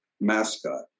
mascot